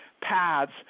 paths